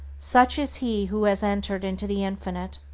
such is he who has entered into the infinite,